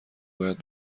باید